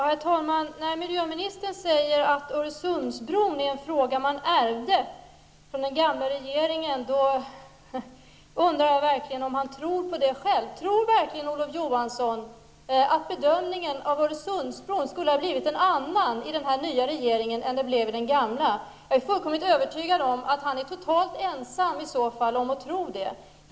Herr talman! När miljöministern säger att Öresundsbron är ett problem som man ärvde från den gamla regeringen, då undrar jag verkligen om han tror på det själv. Tror verkligen Olof Johansson att bedömningen av Öresundsbron skulle ha blivit en annan i den nya regeringen än den blev i den gamla? Jag är fullständigt övertygad om att han i så fall är totalt ensam om att tro det.